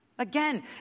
Again